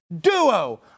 duo